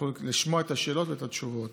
יוכלו לשמוע את השאלות ואת התשובות.